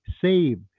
Save